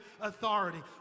authority